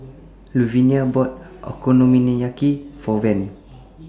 Luvinia bought Okonomiyaki For Von